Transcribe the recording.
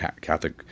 Catholic